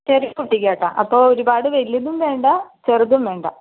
ചെറിയ കുട്ടിക്കാണ് കേട്ടോ അപ്പോൾ ഒരുപാട് വലുതും വേണ്ട ചെറുതും വേണ്ട